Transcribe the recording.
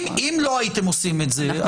אם לא הייתם עושים את זה,